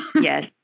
Yes